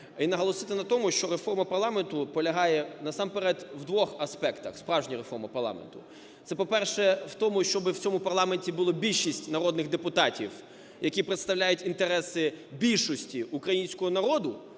і наголосити на тому, що реформа парламенту полягає насамперед в двох аспектах, справжня реформа парламенту. Це, по-перше, в тому, щоб в цьому парламенті було більшість народних депутатів, які представляють інтереси більшості українського народу.